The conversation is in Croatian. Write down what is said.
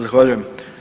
Zahvaljujem.